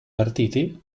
partiti